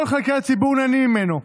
כל חלקי הציבור נהנים ממנו,